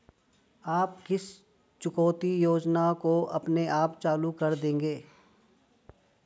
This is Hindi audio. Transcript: आप किस चुकौती योजना को अपने आप चालू कर देंगे?